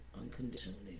unconditionally